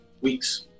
weeks